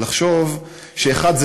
ש-1.